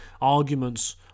arguments